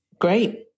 great